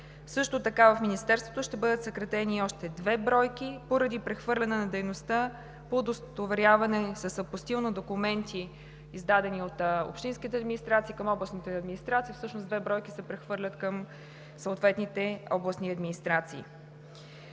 от тях. В Министерството ще бъдат съкратени и още две бройки поради прехвърляне на дейността по удостоверяване с апостил на документи, издадени от общинските администрации към областните администрации – всъщност две бройки се прехвърлят към съответните областни администрации.